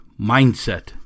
mindset